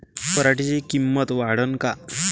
पराटीची किंमत वाढन का?